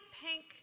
pink